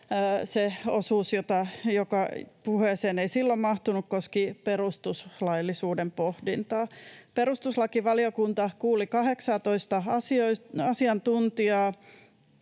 Se osuus, joka puheeseen ei silloin mahtunut, koski perustuslaillisuuden pohdintaa. Perustuslakivaliokunta kuuli 18:aa asiantuntijaa,